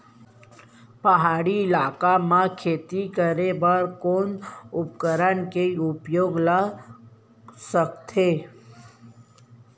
पहाड़ी इलाका म खेती करें बर कोन उपकरण के उपयोग ल सकथे?